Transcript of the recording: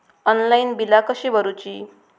Online बिला कशी भरूची?